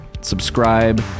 subscribe